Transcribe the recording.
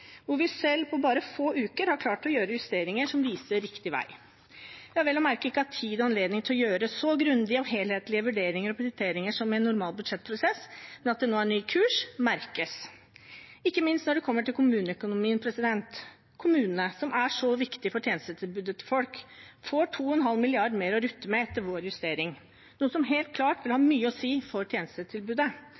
hvor vi selv på bare få uker har klart å gjøre justeringer som viser riktig vei. Vi har vel å merke ikke hatt tid og anledning til å gjøre så grundige og helhetlige vurderinger og prioriteringer som i en normal budsjettprosess, men at det nå er en ny kurs, merkes – ikke minst når det gjelder kommuneøkonomien. Kommunene, som er så viktige for tjenestetilbudet til folk, får 2,5 mrd. kr mer å rutte med etter vår justering, noe som helt klart vil ha mye å si for tjenestetilbudet.